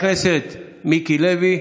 חבר הכנסת מיקי לוי,